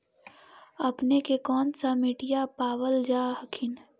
अपने के कौन सा मिट्टीया पाबल जा हखिन?